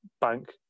bank